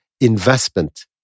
investment